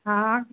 हा